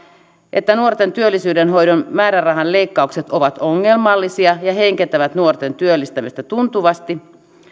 että nuorten työllisyydenhoidon määrärahaleikkaukset ovat ongelmallisia ja heikentävät nuorten työllistämistä tuntuvasti